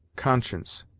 conscience,